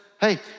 Hey